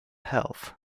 health